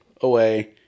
away